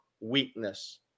weakness